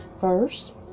first